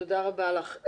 תודה רבה לך.